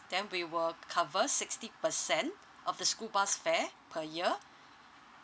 then we will cover sixty percent of the school bus fare per year